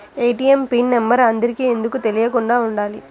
ATM pin number అందరికి ఎందుకు తెలియకుండా ఉండాలి?